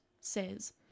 says